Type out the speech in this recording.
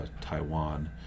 Taiwan